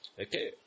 Okay